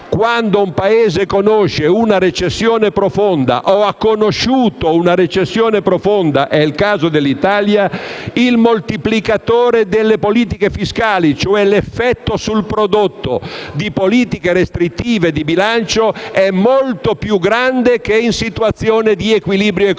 quando un Paese conosce o ha conosciuto una recessione profonda (è il caso dell'Italia), il moltiplicatore delle politiche fiscali, cioè l'effetto di politiche restrittive di bilancio sul prodotto, è molto più grande che in situazione di equilibrio economico.